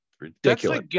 Ridiculous